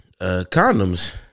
Condoms